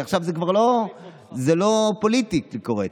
כי עכשיו זה כבר לא פוליטיקלי קורקט.